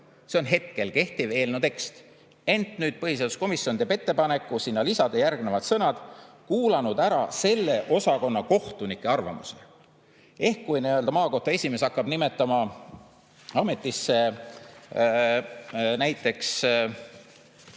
See on [praegune] eelnõu tekst. Ent nüüd põhiseaduskomisjon teeb ettepaneku sinna lisada järgnevad sõnad: "kuulanud ära selle osakonna kohtunike arvamuse". Ehk kui maakohtu esimees hakkab nimetama ametisse näiteks